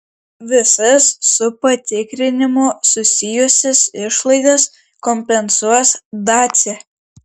visas su patikrinimu susijusias išlaidas kompensuos dacia